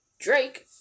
Drake